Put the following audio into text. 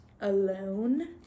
alone